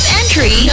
entry